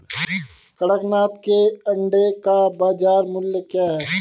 कड़कनाथ के अंडे का बाज़ार मूल्य क्या है?